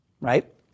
right